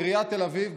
עיריית תל אביב,